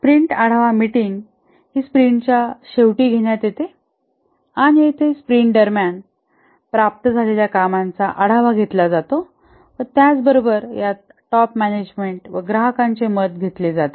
sprint आढावा meeting हि स्प्रिंटच्या शेवटी घेण्यात येते आणि येथे स्प्रिंट दरम्यान प्राप्त झालेल्या कामांचा आढावा घेतला जातो व त्याबरोबरच यात टॉप मॅनेजमेंट व ग्राहकाचे मत घेतले जाते